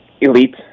Elite